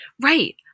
Right